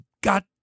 got